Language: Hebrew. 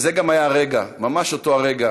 וזה גם היה הרגע, ממש אותו הרגע,